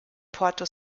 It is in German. porto